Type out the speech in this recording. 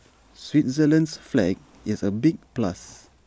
Switzerland's flag is A big plus